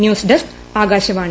ന്യൂസ്ഡെസ്ക്ആകാശവാണി